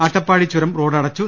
അട്ടപ്പാടി ചുരം റോഡ് അടച്ചു